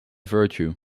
virtue